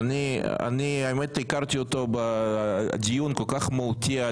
האמת הכרתי אותו בדיון כל כך מהותי על